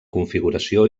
configuració